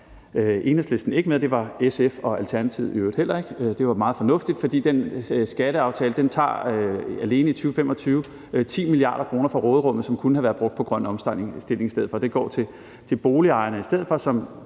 Enhedslisten ikke var med til, og det var SF og Alternativet heller ikke, hvilket var meget fornuftigt, for den skatteaftale tager alene i 2025 10 mia. kr. fra råderummet, som kunne være blevet brugt på grøn omstilling, men de går til boligejerne i stedet for, som